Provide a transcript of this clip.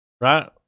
right